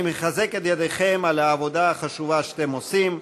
אני מחזק את ידיכם על העבודה החשובה שאתם עושים,